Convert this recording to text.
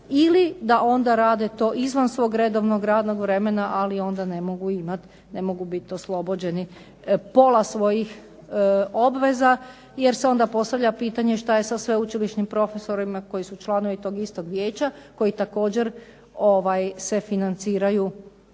ili da onda rade to izvan svog redovnog radnog vremena, ali onda ne mogu biti oslobođeni pola svojih obveza. Jer se onda postavlja pitanje šta je sa sveučilišnim profesorima koji su članovi tog istog vijeća koji također se financiraju